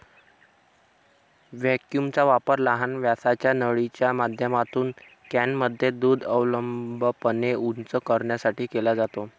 व्हॅक्यूमचा वापर लहान व्यासाच्या नळीच्या माध्यमातून कॅनमध्ये दूध अनुलंबपणे उंच करण्यासाठी केला जातो